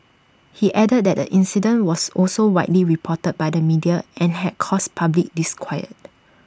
he added that the incident was also widely reported by the media and had caused public disquiet